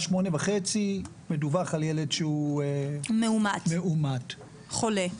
8:30 מדווח על ילד שהוא מאומת חולה,